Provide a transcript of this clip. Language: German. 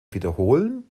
wiederholen